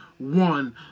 One